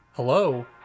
Hello